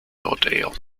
ordeal